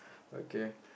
okay